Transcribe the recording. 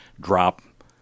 drop